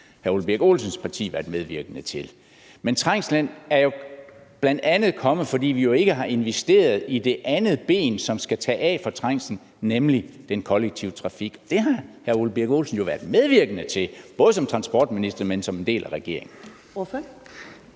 hr. Ole Birk Olesens parti været medvirkende til. Men trængslen er jo bl.a. kommet, fordi vi ikke har investeret i det andet ben, som skal tage fra for trængslen, nemlig den kollektive trafik. Det har hr. Ole Birk Olesen jo været medvirkende til, både som transportminister og som en del af regeringen.